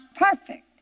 perfect